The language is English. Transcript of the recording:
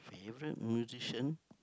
even musician